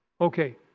Okay